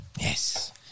Yes